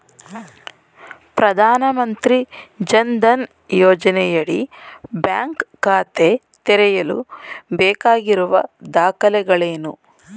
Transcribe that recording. ಪ್ರಧಾನಮಂತ್ರಿ ಜನ್ ಧನ್ ಯೋಜನೆಯಡಿ ಬ್ಯಾಂಕ್ ಖಾತೆ ತೆರೆಯಲು ಬೇಕಾಗಿರುವ ದಾಖಲೆಗಳೇನು?